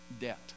debt